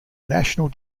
national